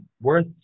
worth